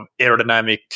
aerodynamic